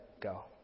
go